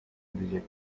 edecek